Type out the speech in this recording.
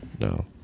no